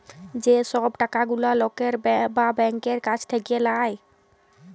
যে সব টাকা গুলা লকের বা ব্যাংকের কাছ থাক্যে লায়